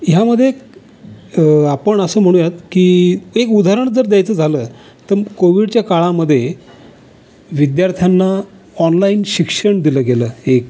ह्या मध्ये आपण असं म्हणूयात की एक उदाहरण जर द्यायचं झालं तर कोविडच्या काळामध्ये विद्यार्थ्यांना ऑनलाइन शिक्षण दिलं गेलं एक